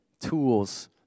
tools